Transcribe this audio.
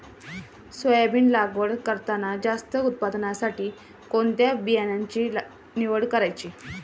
Soybean लागवड करताना जास्त उत्पादनासाठी कोणत्या बियाण्याची निवड करायची?